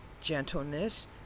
gentleness